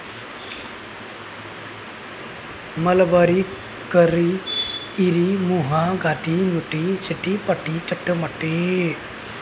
mulberry, इरी, मुँगा आ तसर चारि अलग अलग तरीका सँ पोसल जाइ बला पद्धति छै